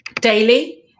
daily